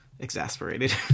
Exasperated